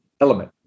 element